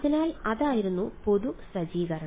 അതിനാൽ അതായിരുന്നു പൊതു സജ്ജീകരണം